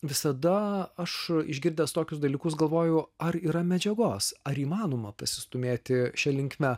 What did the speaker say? visada aš išgirdęs tokius dalykus galvoju ar yra medžiagos ar įmanoma pasistūmėti šia linkme